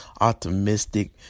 optimistic